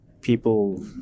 people